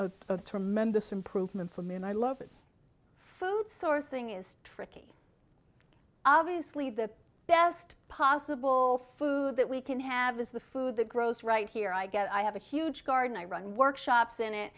a tremendous improvement for me and i love it food sourcing is tricked obviously the best possible food that we can have is the food the gross right here i get i have a huge garden i run workshops in it